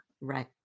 Right